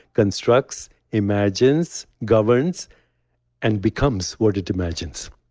constructs, imagines, governs and becomes what it imagines